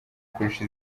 kurusha